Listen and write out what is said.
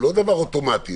הוא לא דבר אוטומטי,